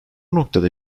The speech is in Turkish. noktada